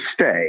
stay